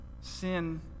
sin